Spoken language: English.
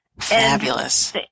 Fabulous